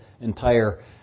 entire